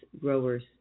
grower's